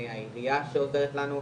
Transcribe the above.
מהעירייה שעוזרת לנו,